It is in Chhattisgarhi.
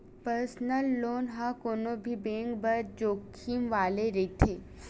परसनल लोन ह कोनो भी बेंक बर जोखिम वाले रहिथे